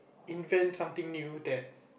invent something that new that